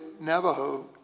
Navajo